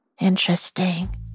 Interesting